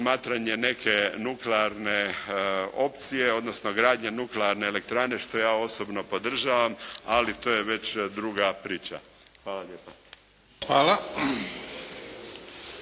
neke nuklearne opcije, odnosno gradnje nuklearne elektrane što ja osobno podržavam, ali to je već druga priča. Hvala lijepa.